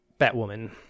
batwoman